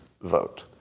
vote